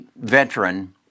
veteran